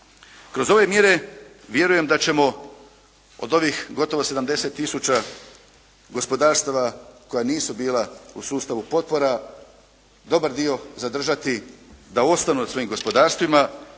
Kroz ove mjere vjerujem da ćemo od ovih gotovo 70 tisuća gospodarstava koja nisu bila u sustavu potpora, dobar dio zadržati da ostanu na svojim gospodarstvima.